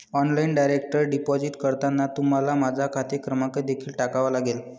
online direct deposit करताना तुम्हाला माझा खाते क्रमांक देखील टाकावा लागेल